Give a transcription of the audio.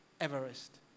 Everest